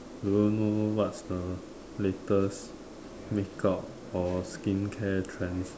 do you know what's the latest makeup or skincare trends